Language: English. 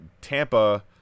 tampa